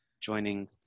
Joining